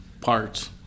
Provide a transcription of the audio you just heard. Parts